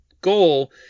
goal